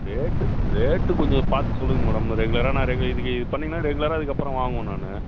ரேட்டும் ரேட்டு கொஞ்சம் பார்த்து சொல்லுங்க மேடம் ரெகுலராக நான் ரெகு இதுக்கு இது பண்ணீங்கன்னா ரெகுலராக இதுக்கப்புறம் வாங்குவேன் நான்